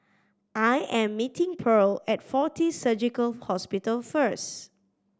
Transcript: I am meeting Pearle at Fortis Surgical Hospital first